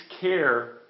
care